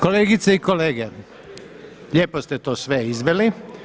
Kolegice i kolege, lijepo ste to sve izveli.